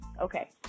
okay